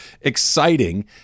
exciting